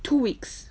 two weeks